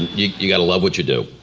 you you gotta love what you do,